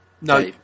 No